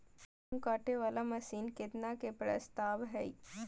गेहूँ काटे वाला मशीन केतना के प्रस्ताव हय?